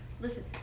listen